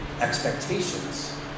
expectations